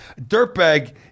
Dirtbag